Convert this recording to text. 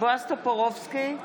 בועז טופורובסקי,